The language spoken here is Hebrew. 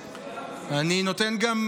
אני נותן גם,